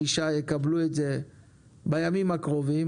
6 יקבלו את זה בימים הקרובים,